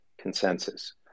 consensus